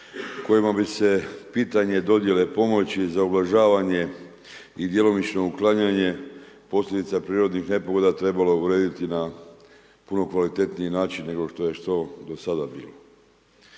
kojima bi se pitanje dodjele pomoći za ublažavanje i djelomično uklanjanje posljedica prirodnih nepogoda trebalo urediti na puno kvalitetniji način nego što je to do sada bilo.